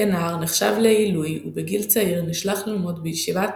כנער נחשב לעילוי, ובגיל צעיר נשלח ללמוד בישיבת